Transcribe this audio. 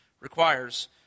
requires